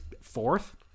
fourth